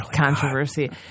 controversy